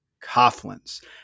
Coughlin's